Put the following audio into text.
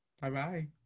Bye-bye